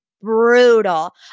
Brutal